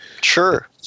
Sure